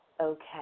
okay